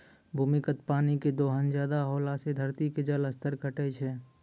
भूमिगत पानी के दोहन ज्यादा होला से धरती के जल स्तर घटै छै